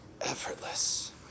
effortless